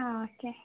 ആ ഓക്കേ